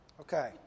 Okay